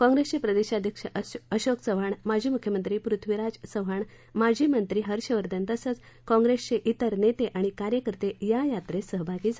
काँप्रेसचे प्रदेशाध्यक्ष अशोक चव्हाण माजी मुख्यमंत्री पृथ्वीराज चव्हाण माजी मंत्री हर्षवर्धन तसंच कॉप्रेसचे त्विर नेते आणि कार्यकर्ते या यात्रेत सहभागी झाले आहेत